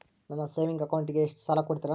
ನನ್ನ ಸೇವಿಂಗ್ ಅಕೌಂಟಿಗೆ ಎಷ್ಟು ಸಾಲ ಕೊಡ್ತಾರ?